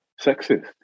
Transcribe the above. sexist